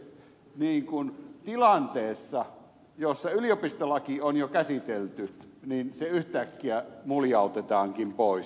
nyt se tilanteessa jossa yliopistolaki on jo käsitelty yhtäkkiä muljautetaankin pois